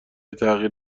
تغییر